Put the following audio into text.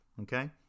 Okay